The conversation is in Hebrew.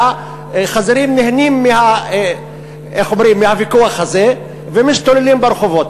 והחזירים נהנים מהוויכוח הזה ומשתוללים ברחובות.